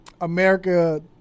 America